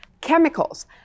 chemicals